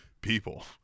people